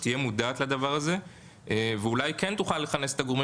שתהיה מודעת לדבר הזה ואולי כן תוכל לכנס את הגורמים